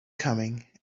coming